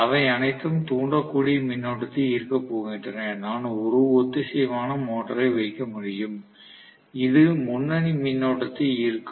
அவை அனைத்தும் தூண்டக்கூடிய மின்னோட்டத்தை ஈர்க்கப் போகின்றன நான் ஒரு ஒத்திசைவான மோட்டாரை வைக்க முடியும் இது முன்னணி மின்னோட்டத்தை ஈர்க்கும்